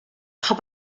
pop